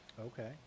okay